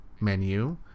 menu